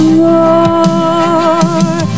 more